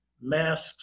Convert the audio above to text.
masks